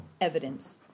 evidence